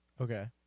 Okay